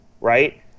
right